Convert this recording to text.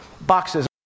boxes